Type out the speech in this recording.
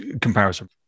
comparison